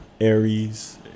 Aries